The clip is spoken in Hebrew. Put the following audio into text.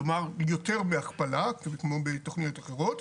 כלומר יותר בהכפלה, כמו שתוכניות אחרות.